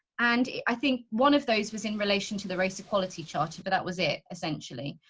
and i think one of those was in relation to the race equality charter. but that was it essentially.